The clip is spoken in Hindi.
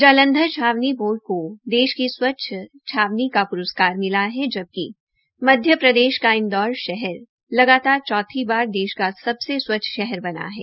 जालंधर छावनी बोर्ड को देश की सबसे स्वच्छ छावनी का प्रस्कार मिला है जबकि मध्य प्रदेश के इंदौर शहर लगातार चौथी बार देश का सबसे स्वच्छ शहर बना है